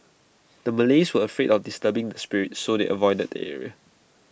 the Malays were afraid of disturbing the spirits so they avoided the area